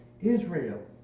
Israel